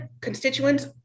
constituents